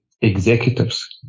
executives